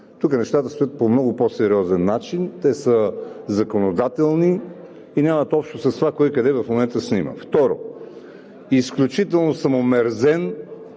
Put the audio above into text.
Тук нещата стоят по много по-сериозен начин. Те са законодателни и нямат общо с това кой, къде в момента снима. Второ, изключително съм омерзен